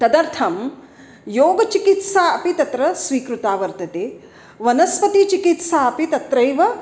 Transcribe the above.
तदर्थं योगचिकित्सा अपि तत्र स्वीकृता वर्तते वनस्पतिचिकित्सापि तत्रैव